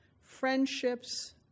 friendships